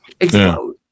explode